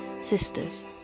Sisters